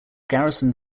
garrison